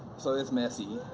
so it's messy.